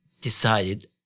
decided